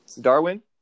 Darwin